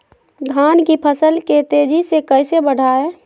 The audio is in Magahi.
धान की फसल के तेजी से कैसे बढ़ाएं?